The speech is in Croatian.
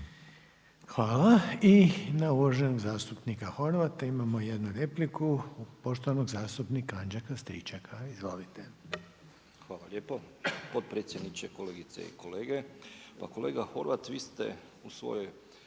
Hvala. I na uvaženi zastupnika Horvata imamo 1 repliku, poštovanog zastupnika Anđelko Stričeka. Izvolite. **Stričak, Anđelko (HDZ)** Hvala lijepo potpredsjedniče, kolegice i kolege. Pa kolega Horvat, vi ste u svojoj